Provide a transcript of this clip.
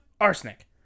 arsenic